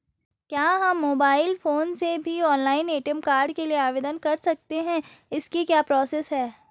क्या हम mobile phone से भी ऑनलाइन ए.टी.एम कार्ड के लिए आवेदन कर सकते हैं इसकी क्या प्रोसेस है?